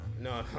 No